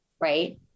right